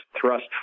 thrust